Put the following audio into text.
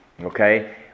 Okay